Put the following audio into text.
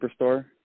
Superstore